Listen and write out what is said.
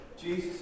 Jesus